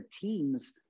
teams